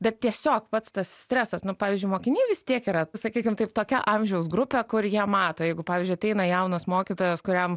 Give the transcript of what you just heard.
bet tiesiog pats tas stresas nu pavyzdžiui mokinių vis tiek yra sakykime taip tokia amžiaus grupė kur jie mato jeigu pavyzdžiui ateina jaunas mokytojas kuriam